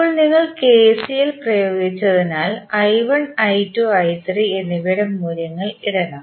ഇപ്പോൾ നിങ്ങൾ കെസിഎൽ പ്രയോഗിച്ചതിനാൽ എന്നിവയുടെ മൂല്യങ്ങൾ ഇടണം